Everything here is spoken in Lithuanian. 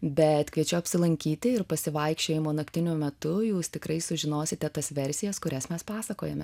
bet kviečiu apsilankyti ir pasivaikščiojimo naktinių metu jūs tikrai sužinosite tas versijas kurias mes pasakojome